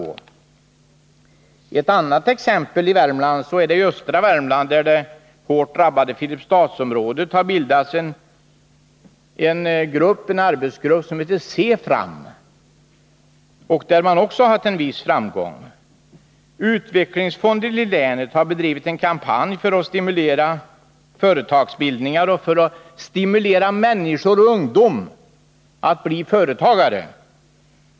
Jag kan nämna ett annat exempel från östra Värmland. I det hårt drabbade Filipstadsområdet har det bildats en arbetsgrupp som heter Se-fram. Också denna grupp har nått vissa framgångar. Utvecklingsfonden i länet har bedrivit en kampanj för att stimulera människor, speciellt ungdomar, att bli företagare.